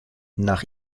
nach